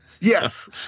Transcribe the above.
Yes